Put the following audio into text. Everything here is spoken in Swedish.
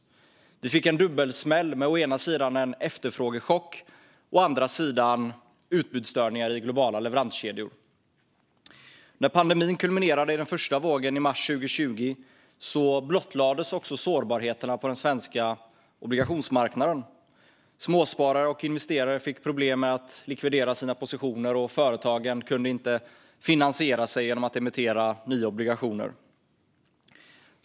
Vi fick en dubbelsmäll med å ena sidan en efterfrågechock och å andra sidan utbudsstörningar i globala leveranskedjor. När pandemins första våg kulminerade i mars 2020 blottlades också sårbarheterna på den svenska obligationsmarknaden. Småsparare och investerare fick problem med att likvidera sina positioner, och företagen kunde inte finansiera sig genom att emittera nya obligationer.